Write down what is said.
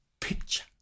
picture